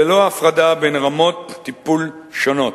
ללא הפרדה בין רמות טיפול שונות.